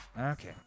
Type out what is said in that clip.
okay